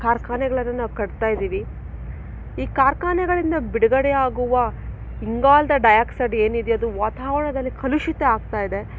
ಕಾರ್ಖಾನೆಗಳನ್ನು ನಾವು ಕಟ್ತಾ ಇದ್ದೀವಿ ಈ ಕಾರ್ಖಾನೆಗಳಿಂದ ಬಿಡುಗಡೆ ಆಗುವ ಇಂಗಾಲದ ಡೈ ಆಕ್ಸೈಡ್ ಏನಿದೆ ಅದು ವಾತಾವರಣದಲ್ಲಿ ಕಲುಷಿತ ಆಗ್ತಾ ಇದೆ